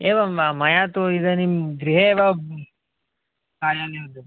एवं वा मया तु इदानीं गृहे एव कार्यालय